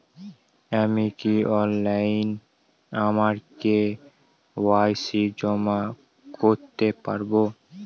আমি কি অনলাইন আমার কে.ওয়াই.সি জমা করতে পারব?